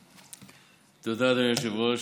תודה, אדוני היושב-ראש.